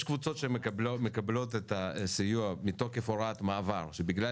יש קבוצות שמקבלות את הסיוע מתוקף הוראת מעבר שבגלל